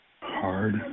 hard